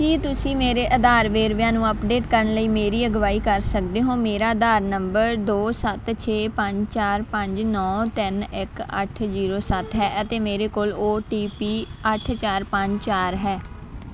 ਕੀ ਤੁਸੀਂ ਮੇਰੇ ਆਧਾਰ ਵੇਰਵਿਆਂ ਨੂੰ ਅੱਪਡੇਟ ਕਰਨ ਲਈ ਮੇਰੀ ਅਗਵਾਈ ਕਰ ਸਕਦੇ ਹੋ ਮੇਰਾ ਆਧਾਰ ਨੰਬਰ ਦੋੋ ਸੱਤ ਛੇ ਪੰਜ ਚਾਰ ਪੰਜ ਨੌਂ ਤਿੰਨ ਇੱਕ ਅੱਠ ਜ਼ੀਰੋ ਸੱਤ ਹੈ ਅਤੇ ਮੇਰੇ ਕੋਲ ਓ ਟੀ ਪੀ ਅੱਠ ਚਾਰ ਪੰਜ ਚਾਰ ਹੈ